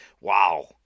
wow